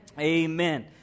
Amen